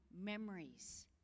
memories